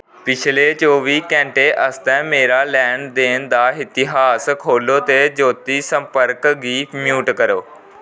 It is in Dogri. पिछले चौबी घैंटे आस्तै मेरा लैन देन दा इतिहास खो'ल्लो ते ज्योती संपर्क गी म्यूट करो